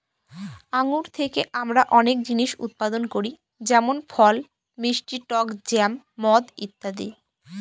আঙ্গুর থেকে আমরা অনেক জিনিস উৎপাদন করি যেমন ফল, মিষ্টি টক জ্যাম, মদ ইত্যাদি